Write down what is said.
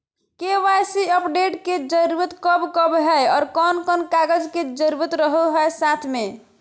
KYC update के जरूरत कब कब है और कौन कौन कागज के जरूरत रहो है साथ में?